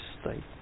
state